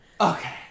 Okay